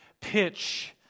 pitch